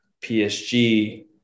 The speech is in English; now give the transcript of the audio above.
PSG